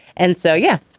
and so, yeah,